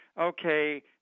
okay